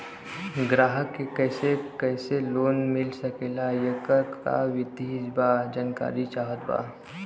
ग्राहक के कैसे कैसे लोन मिल सकेला येकर का विधि बा जानकारी चाहत बा?